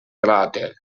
cràter